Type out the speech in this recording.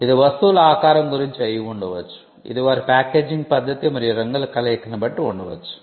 ఇది వస్తువుల ఆకారం గురించి అయి ఉండవచ్చు ఇది వారి ప్యాకేజింగ్ పద్ధతి మరియు రంగుల కలయికను బట్టి ఉండవచ్చు